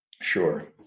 Sure